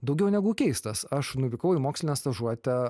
daugiau negu keistas aš nuvykau į mokslinę stažuotę